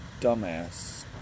dumbass